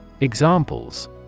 Examples